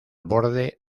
borde